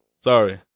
Sorry